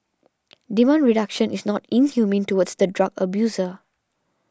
demand reduction is not inhumane towards the drug abuser